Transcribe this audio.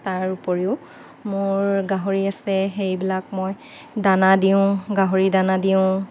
তাৰ উপৰিও মোৰ গাহৰি আছে সেইবিলাক মই দানা দিওঁ গাহৰি দানা দিওঁ